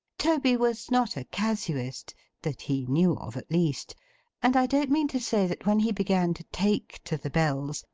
toby was not a casuist that he knew of, at least and i don't mean to say that when he began to take to the bells,